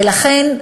ולכן,